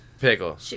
Pickle